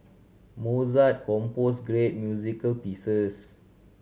Mozart compose great music pieces